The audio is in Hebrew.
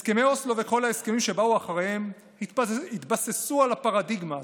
הסכמי אוסלו וכל ההסכמים שבאו אחריהם התבססו על הפרדיגמה הזאת.